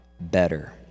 better